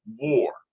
war